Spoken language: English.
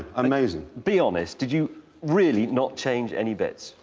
amazing. be honest. did you really not change any bits?